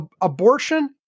abortion